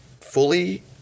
fully